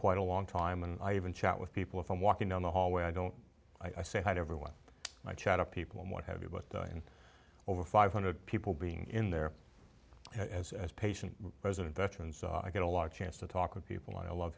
quite a long time and i even chat with people if i'm walking down the hallway i don't i say hi everyone i chat up people and what have you but in over five hundred people being in there as as patient president veterans i get a lot of chance to talk with people i love